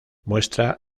muestra